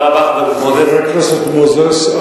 חבר הכנסת מוזס,